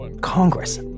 Congress